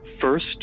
first